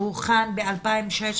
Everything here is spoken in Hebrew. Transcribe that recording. שהוכן ב-2016,